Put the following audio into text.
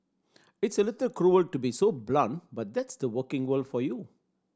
it's a little cruel to be so blunt but that's the working world for you